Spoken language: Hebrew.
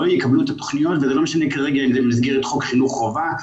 לא יקבלו את התוכניות וזה לא משנה כרגע אם זה במסגרת חוק חינוך חובה,